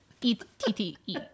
E-T-T-E